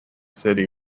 city